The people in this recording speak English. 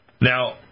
Now